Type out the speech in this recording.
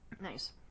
Nice